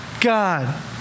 God